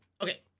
Okay